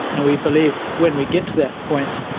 and we believe when we get to that point,